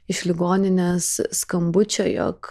iš ligoninės skambučio jog